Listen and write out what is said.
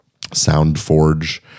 SoundForge